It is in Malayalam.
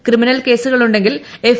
ക്രിമിനൽ കേസുകൾ ഉണ്ടെങ്കിൽ എഫ്